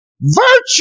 Virtue